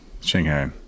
Shanghai